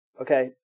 Okay